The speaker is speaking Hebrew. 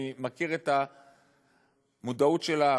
אני מכיר את המודעות שלך,